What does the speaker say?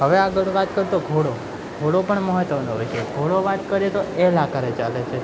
હવે આગળ વાત કરું તો ઘોડો ઘોડો પણ મહત્ત્વનો હોય ઘોડો વાત કરીએ તો એલ આકારે ચાલે છે